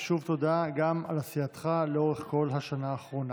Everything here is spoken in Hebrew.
ושוב תודה גם על עשייתך לאורך כל השנה האחרונה.